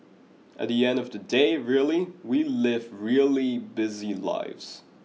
at the end of the day really we live really busy lives